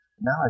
Now